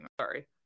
sorry